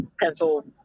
pencil